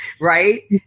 Right